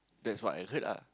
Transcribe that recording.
that's what I heard ah